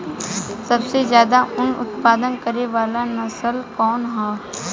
सबसे ज्यादा उन उत्पादन करे वाला नस्ल कवन ह?